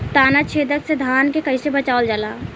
ताना छेदक से धान के कइसे बचावल जाला?